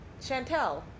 Chantel